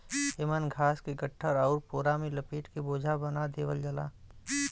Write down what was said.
एमन घास के गट्ठर आउर पोरा में लपेट के बोझा बना देवल जाला